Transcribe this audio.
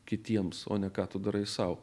kitiems o ne ką tu darai sau